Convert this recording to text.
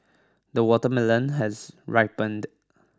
the watermelon has ripened